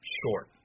short